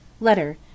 Letter